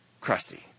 crusty